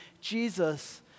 Jesus